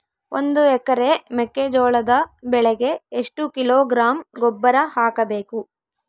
ಒಂದು ಎಕರೆ ಮೆಕ್ಕೆಜೋಳದ ಬೆಳೆಗೆ ಎಷ್ಟು ಕಿಲೋಗ್ರಾಂ ಗೊಬ್ಬರ ಹಾಕಬೇಕು?